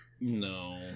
No